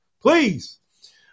please